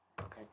okay